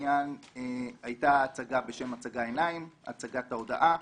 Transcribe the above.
הצגה עיניים, הצגת ההודאה,